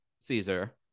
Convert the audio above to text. caesar